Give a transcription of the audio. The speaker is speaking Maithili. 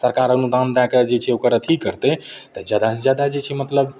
सरकार अनुदान दए कऽ जे छै ओकर अथि करतै तऽ जादासँ जादा जे छै मतलब